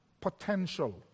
potential